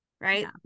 Right